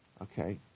Okay